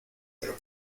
pero